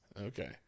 Okay